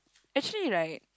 actually right